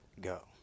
go